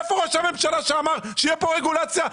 איפה ראש הממשלה שאמר שתהיה כאן רגולציה,